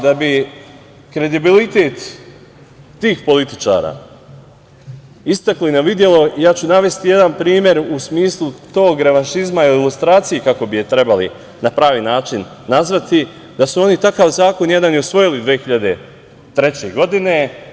Da bi kredibilitet tih političara istakli na videlo ja ću navesti jedan primer u smislu tog revanšizma ili lustracije, kako bi je trebali na pravi način nazvati, da su oni takav zakon jedan i usvojili 2003. godine.